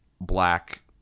black